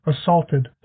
assaulted